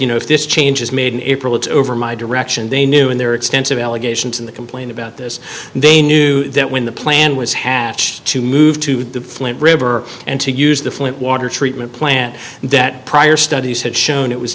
you know if this change is made in april it's over my direction they knew in their extensive allegations in the complaint about this they knew that when the plan was hatched to move to the flint river and to use the flint water to plant that prior studies have shown it was